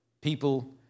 people